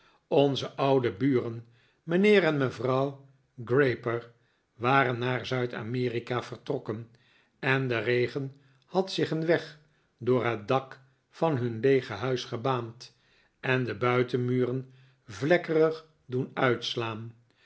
onze oude buren mijnheer en mevrouw grayper waren naar zuid-amerika vertrokken en de regen had zich een weg door het dak van hun leege huis gebaand en de buitenmuren vlekkerig doen uitslaan